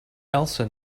elsa